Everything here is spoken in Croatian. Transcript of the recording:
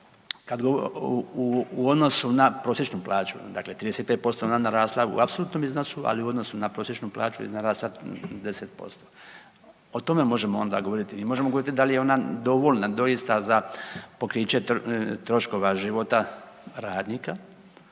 u odnosu na prosječnu plaću, dakle 35% je ona narasla u apsolutnom iznosu, ali u odnosu na prosječnu plaću je narasla 10%. O tome možemo onda govoriti. Mi možemo govoriti dal je ona dovoljna doista za pokriće troškova života radnika,